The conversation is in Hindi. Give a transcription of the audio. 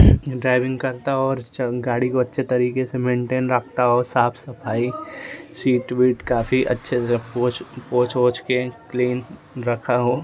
ड्राइविंग करता हो और गाड़ी को अच्छे तरीके से मेंटेन करता हो और साफ सफाई सीट वीट काफी अच्छे से रख पोछ वोछ के क्लीन रखा हो